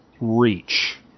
reach